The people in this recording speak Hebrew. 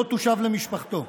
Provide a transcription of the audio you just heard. לא תושב למשפחתו,